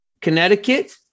Connecticut